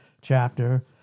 chapter